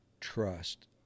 trust